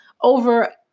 over